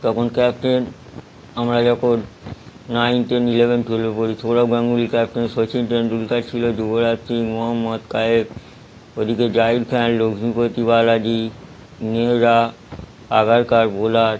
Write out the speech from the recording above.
তখন ক্যাপ্টেন আমরা যখন নাইন টেন ইলেভেন টুয়েলভে পড়ি সৌরভ গাঙ্গুলি ক্যাপ্টেন সচিন তেন্ডুলকর ছিল যুবরাজ সিং মহম্মদ কাইফ ওদিকে জাহির খান লক্ষ্মীপতি বালাজি নেহরা আগরকর বোলার